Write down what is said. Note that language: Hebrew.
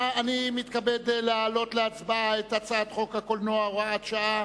אני מתכבד להעלות להצבעה את הצעת חוק הקולנוע (הוראת שעה)